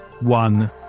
one